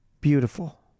beautiful